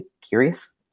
curious